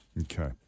Okay